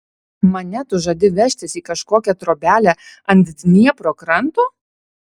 mane tu žadi vežtis į kažkokią trobelę ant dniepro kranto